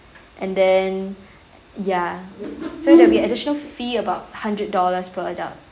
and then ya so there will be additional fee about hundred dollars per adult